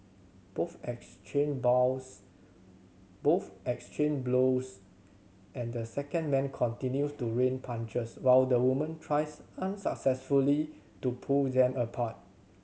both exchange bows both exchange blows and the second man continues to rain punches while the woman tries unsuccessfully to pull them apart